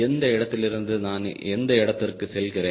எந்த இடத்திலிருந்து நான் எந்த இடத்திற்கு செல்கிறேன்